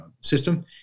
system